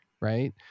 right